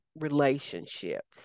relationships